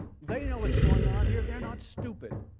they know what is going on here. they are not stupid.